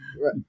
Right